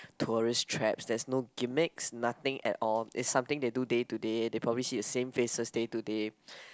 tourist traps there's no gimmicks nothing at all it's something they do day to say they probably see the same faces day to day